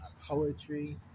poetry